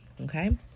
okay